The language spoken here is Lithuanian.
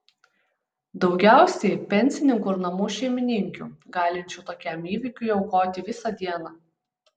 daugiausiai pensininkų ir namų šeimininkių galinčių tokiam įvykiui aukoti visą dieną